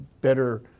better